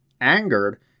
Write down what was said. Angered